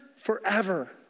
forever